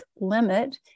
limit